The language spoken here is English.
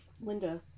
Linda